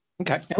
Okay